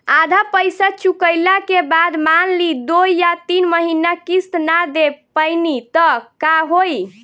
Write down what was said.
आधा पईसा चुकइला के बाद मान ली दो या तीन महिना किश्त ना दे पैनी त का होई?